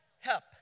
help